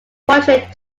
portrayed